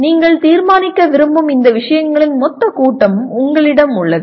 நீங்கள் தீர்மானிக்க விரும்பும் இந்த விஷயங்களின் மொத்தக் கூட்டமும் உங்களிடம் உள்ளது